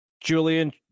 julian